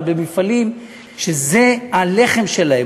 אבל במפעלים שזה הלחם שלהם.